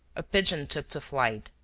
a pigeon took to flight,